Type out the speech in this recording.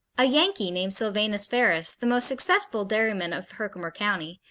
a yankee named silvanus ferris, the most successful dairyman of herkimer county,